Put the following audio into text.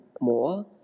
more